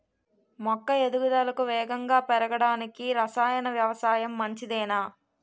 మొక్క ఎదుగుదలకు వేగంగా పెరగడానికి, రసాయన వ్యవసాయం మంచిదేనా?